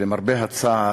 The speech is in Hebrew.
למרבה הצער,